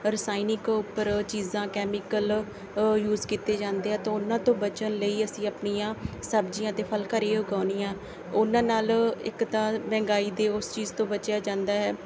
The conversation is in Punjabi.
ਰਸਾਇਣਿਕ ਉੱਪਰ ਚੀਜ਼ਾਂ ਕੈਮੀਕਲ ਯੂਜ ਕੀਤੇ ਜਾਂਦੇ ਆ ਤਾਂ ਉਹਨਾਂ ਤੋਂ ਬਚਣ ਲਈ ਅਸੀਂ ਆਪਣੀਆਂ ਸਬਜ਼ੀਆਂ ਅਤੇ ਫਲ ਘਰ ਹੀ ਉਗਾਉਂਦੇ ਹਾਂ ਉਹਨਾਂ ਨਾਲ ਇੱਕ ਤਾਂ ਮਹਿੰਗਾਈ ਦੇ ਉਸ ਚੀਜ਼ ਤੋਂ ਬਚਿਆ ਜਾਂਦਾ ਹੈ